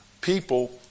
People